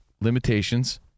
Limitations